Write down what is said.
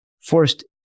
Forced